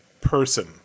person